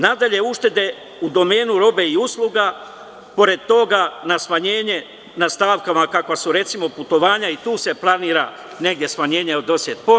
Nadalje, uštede u domenu robe i usluga, pored toga na smanjenje na stavkama, kakva su putovanja, i tu se planira smanjenje od 10%